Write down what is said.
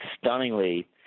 stunningly